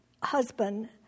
husband